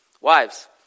Wives